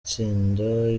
tsinda